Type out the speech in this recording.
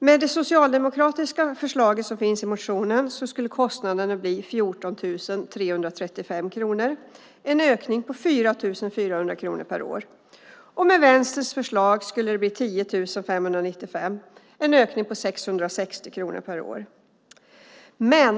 Med det socialdemokratiska förslaget som finns i motionen skulle kostnaden bli 14 335 kronor, en ökning med 4 400 kronor per år. Med Vänsterns förslag skulle kostnaden bli 10 595 kronor, en ökning med 660 kronor per år.